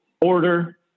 order